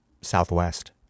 southwest